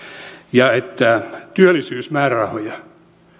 ja että työllisyysmäärärahoja